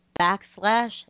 backslash